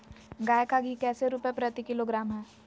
गाय का घी कैसे रुपए प्रति किलोग्राम है?